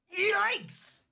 Yikes